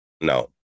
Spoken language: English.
no